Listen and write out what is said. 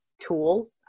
tool